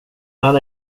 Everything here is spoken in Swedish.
han